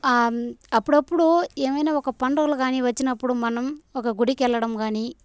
అప్పుడప్పుడు ఏమైనా ఒక పండగలు గానీ వచ్చినప్పుడు మనం ఒక గుడికెళ్ళడం గానీ